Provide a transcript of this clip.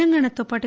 తెలంగాణతో పాటు